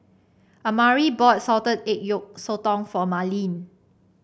amari bought Salted Egg Yolk Sotong for Marleen